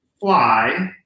fly